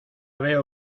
veo